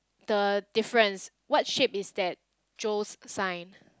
the difference what shape is that Joe's sign